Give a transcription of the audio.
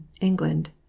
England